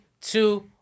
two